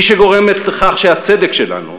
היא שגורמת לכך שהצדק שלנו,